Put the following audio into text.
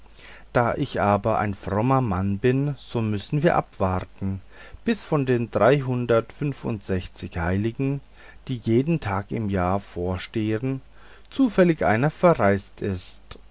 da ich aber ein frommer mann bin so müssen wir abwarten bis von den dreihundertundfünfundsechzig heiligen die jedem tage im jahre vorstehen zufällig einer verreist ist